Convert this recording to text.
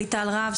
ליטל רהב,